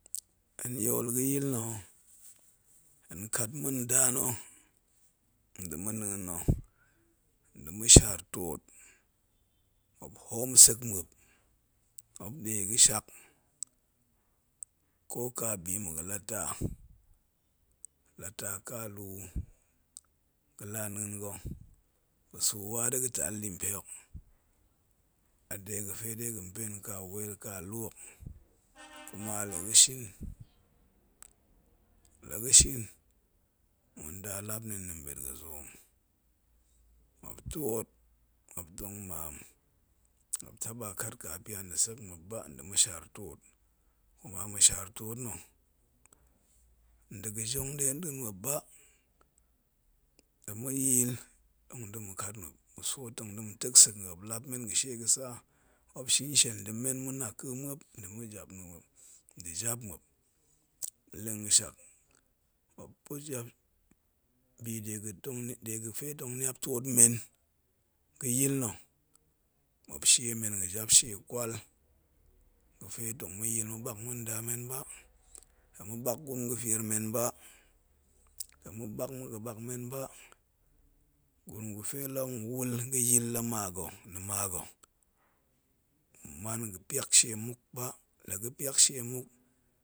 Hen yool ga̱yil nna̱, hen kat ma̱nda na̱, nda̱ ma̱na̱a̱n na̱ nda̱ ma̱shaar twot muop hoom sek muop, muop nɗe ya̱shak ko ka mma̱ ga̱la ta, la taa kalu ga̱laa na̱a̱n ga̱ ga̱suu wada̱ ga̱ talɗi mpe hok, a dega̱ fe ga̱ pen ka weel ka lu hok kuma la ga̱shin la-ga̱shin ma̱nda lap ni mɓet ga̱zoom, muop twoot muop tong maam, muop taɓa kat kapyan nda̱ sek muop ba nda̱ ma̱shaar twoot, kuma ma̱shaar twoot nna̱, nda̱ gajong nɗe nɗa̱a̱n muop ba, la ma̱ya̱a̱l tong da̱ ma̱kat muop, ma̱swo tong da̱ ma̱tek nsek muop, muop lamen ga̱ shie ga̱tsa muop, muop shin shiel nda̱ men ma̱naka̱a̱ muop nda̱ ma̱japna̱a̱n muop nda̱ jap muop ma̱leng ga̱ shak, muop pa̱ jap muop bi de ga̱fe tong niap twoot men ga̱yil nna̱, muop shie men ga̱ jab shie kwal ga̱fe tong ma̱ya̱a̱l ma̱ɓak ma̱n da men ba, tong ma̱ɓak gurum ga̱fier men ba, la ma̱ɓak ma̱ga̱ɓak men ba, gurum gafe la nwul ga̱yil la maga̱, ni maga̱ man ga̱pyak shie muk ba, la ga̱ pyak shie muk lawa